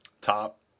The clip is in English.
top